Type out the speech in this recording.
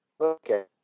Okay